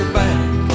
back